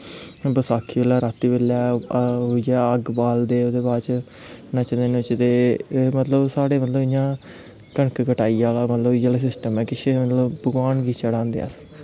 बसाखी आह्ली रातीं अग्ग बालदे ओह्दै बाद च नचदे नुचदे साढ़े मतलब कनक कटाई आह्ला इ'यै किश सिस्टम भगवान गी चढ़ादे अस